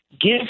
give